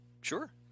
Sure